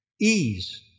ease